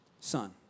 son